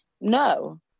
No